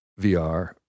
VR